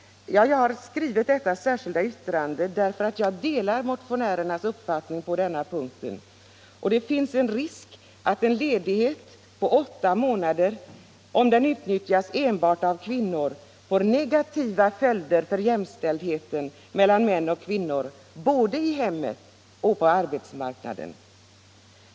Jag har skrivit mitt särskilda yttrande på denna punkt därför att jag delar motionärernas uppfattning därvidlag. Det finns risk för att en ledighet på åtta månader, om den utnyttjas enbart av kvinnor, får negativa följder för jämställdheten mellan män och kvinnor både i hemmet och på arbetsmarknaden.